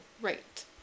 Right